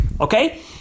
okay